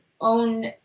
own